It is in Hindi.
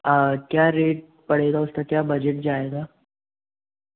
क्या रेट पड़ेगा उसका क्या बजट जाएगा